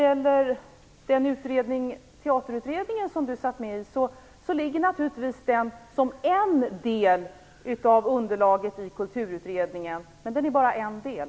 Fridén satt med i, utgör naturligtvis en del av underlaget i Kulturutredningen, men det är bara en del.